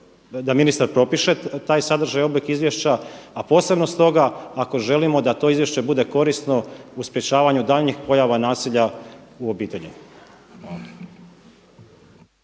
da ministar propiše taj sadržaj i oblik izvješća a posebno stoga ako želimo da to izvješće bude korisno u sprječavanju daljnjih pojava nasilja u obitelji.